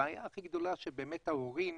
הבעיה הכי גדולה שבאמת להורים